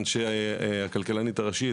מהכלכלנית הראשית,